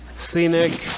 Scenic